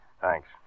Thanks